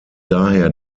daher